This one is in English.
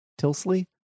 tilsley